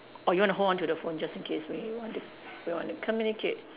or you want to hold on to the phone just in case we want to we want to communicate